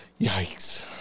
Yikes